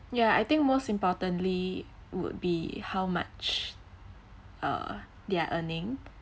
yeah I think most importantly would be how much uh they are earning